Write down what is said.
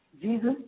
Jesus